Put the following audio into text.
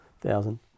thousand